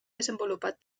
desenvolupat